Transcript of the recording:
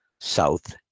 south